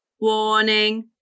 Warning